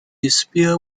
spear